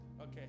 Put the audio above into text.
okay